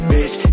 Bitch